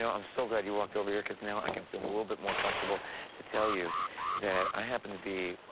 um so glad you walked over here because now i can feel a little bit more comfortable to tell you that i happen to be,